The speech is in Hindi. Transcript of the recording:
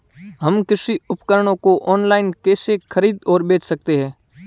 हम कृषि उपकरणों को ऑनलाइन कैसे खरीद और बेच सकते हैं?